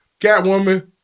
Catwoman